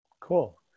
Cool